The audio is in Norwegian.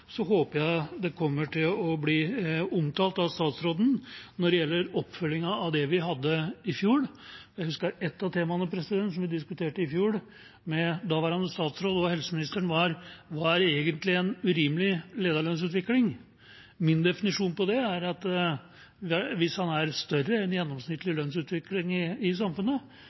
håper jeg det blir omtalt av statsråden når det gjelder oppfølgingen av det vi hadde i fjor. Jeg husker at ett av temaene vi diskuterte i fjor med daværende statsråd og helseministeren, var: Hva er egentlig en urimelig lederlønnsutvikling? Min definisjon av det er: Hvis den er større enn gjennomsnittlig lønnsutvikling i samfunnet,